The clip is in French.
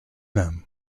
même